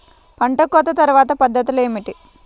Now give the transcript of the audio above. పంట కోత తర్వాత పద్ధతులు ఏమిటి?